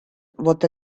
what